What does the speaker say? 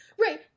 Right